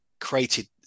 created